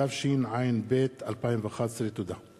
התשע"ב 2011. תודה.